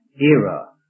era